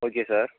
okay sir